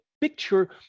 picture